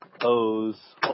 o's